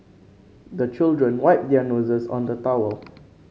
the children wipe their noses on the towel